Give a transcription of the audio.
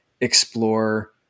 explore